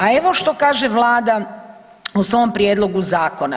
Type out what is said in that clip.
A evo što kaže Vlada u svom prijedlogu zakona.